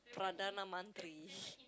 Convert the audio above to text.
perdana menteri